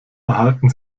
erhalten